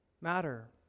matter